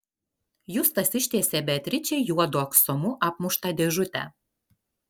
justas ištiesė beatričei juodu aksomu apmuštą dėžutę